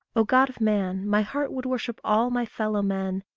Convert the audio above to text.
o god of man, my heart would worship all my fellow men,